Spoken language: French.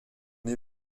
est